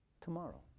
tomorrow